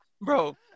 Bro